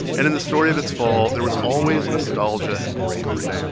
and in the story of its fall, there was always nostalgia and bravery.